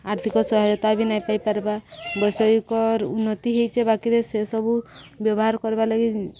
ଆର୍ଥିକ ସହାୟତା ବି ନାଇଁ ପାଇପାରବା ବୈଷୟିକ ଉନ୍ନତି ହେଇଛେ ବାକିରେ ସେସବୁ ବ୍ୟବହାର କର୍ବାର୍ ଲାଗି